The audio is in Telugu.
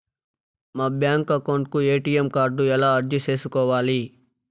మా బ్యాంకు అకౌంట్ కు ఎ.టి.ఎం కార్డు ఎలా అర్జీ సేసుకోవాలి?